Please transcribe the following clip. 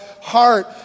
heart